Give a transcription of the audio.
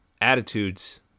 attitudes